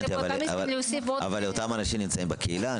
אבל אותם אנשים נמצאים בקהילה,